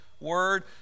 Word